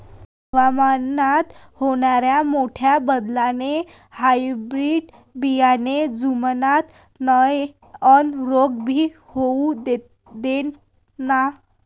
हवामानात होनाऱ्या मोठ्या बदलाले हायब्रीड बियाने जुमानत नाय अन रोग भी होऊ देत नाय